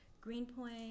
Greenpoint